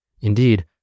Indeed